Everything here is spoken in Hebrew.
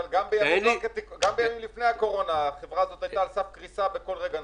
גם לפני הקורונה החברה הזאת היתה על סף קריסה בכל רגע נתון.